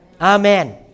Amen